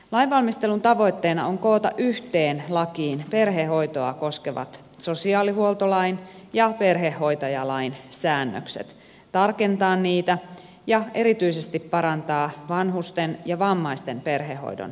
lainvalmistelun tavoitteena on koota yhteen lakiin perhehoitoa koskevat sosiaalihuoltolain ja perhehoitajalain säännökset tarkentaa niitä ja erityisesti parantaa vanhusten ja vammaisten perhehoidon asemaa